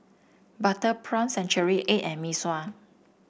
Butter Prawn Century Egg and Mee Sua